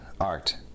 Art